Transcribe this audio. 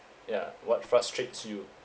ya what frustrates you